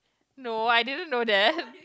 no I didn't know that